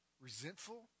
resentful